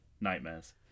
nightmares